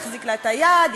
יחזיק לה את היד,